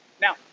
Now